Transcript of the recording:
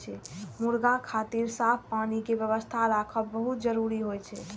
मुर्गी खातिर साफ पानी के व्यवस्था राखब बहुत जरूरी होइ छै